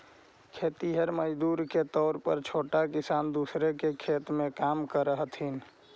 खेतिहर मजदूर के तौर पर छोटा किसान दूसर के खेत में काम करऽ हथिन